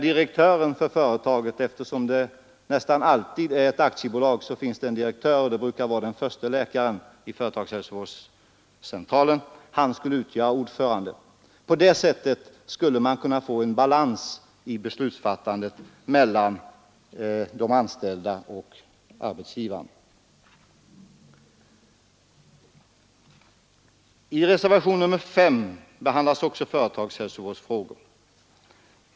Direktören för centralen — eftersom den nästan alltid är ett aktiebolag, finns det en direktör och det brukar vara förste läkaren vid centralen — skulle vara ordförande. På det sättet skulle man kunna få en balans i beslutsfattandet mellan de anställda och arbetsgivaren. Även i reservationen 5 behandlas företagshälsovårdsfrågor.